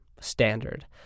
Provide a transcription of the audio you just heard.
Standard